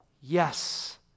yes